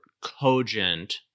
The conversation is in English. cogent –